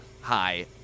hi